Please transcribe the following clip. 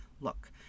look